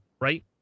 right